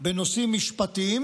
בנושאים משפטיים